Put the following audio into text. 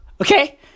okay